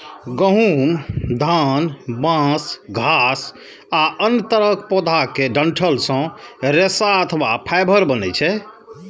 गहूम, धान, बांस, घास आ अन्य तरहक पौधा केर डंठल सं रेशा अथवा फाइबर बनै छै